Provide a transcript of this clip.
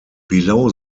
below